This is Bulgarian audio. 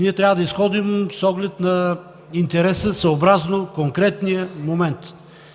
ние трябва да изходим с оглед на интереса, съобразно конкретния момент.